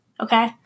Okay